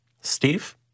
Steve